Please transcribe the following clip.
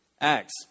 Acts